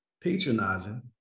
patronizing